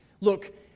Look